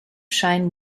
shine